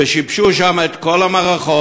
ושיבשו שם את כל המערכות,